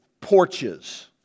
porches